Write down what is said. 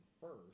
first